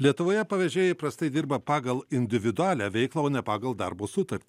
lietuvoje pavežėjai įprastai dirba pagal individualią veiklą o ne pagal darbo sutartį